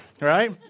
right